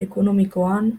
ekonomikoan